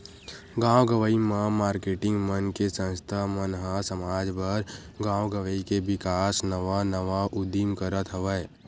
गाँव गंवई म मारकेटिंग मन के संस्था मन ह समाज बर, गाँव गवई के बिकास नवा नवा उदीम करत हवय